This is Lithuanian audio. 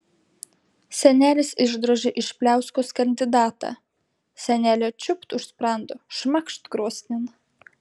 senelis išdrožė iš pliauskos kandidatą senelė čiūpt už sprando šmakšt krosnin